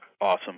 Awesome